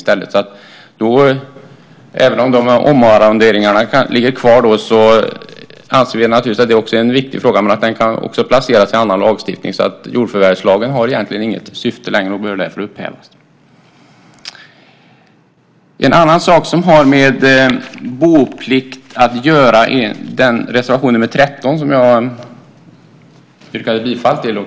Frågan om omarronderingar anser vi är viktig, men den kan placeras i annan lagstiftning. Jordförvärvslagen har egentligen inget syfte längre och behöver därför upphävas. I reservation 13 tas frågan om boplikt upp, som jag yrkade bifall till.